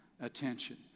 attention